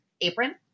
apron